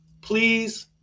please